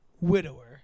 Widower